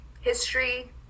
History